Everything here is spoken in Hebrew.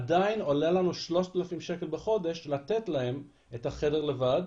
עדיין עולה לנו 3,000 שקל בחודש לתת להם את החדר לבד,